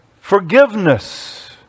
forgiveness